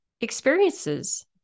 experiences